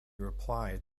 replied